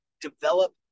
develop